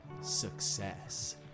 success